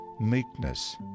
meekness